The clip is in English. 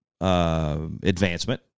advancement